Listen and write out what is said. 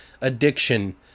addiction